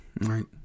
right